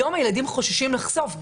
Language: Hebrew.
היום הילדים חוששים לחשוף.